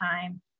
time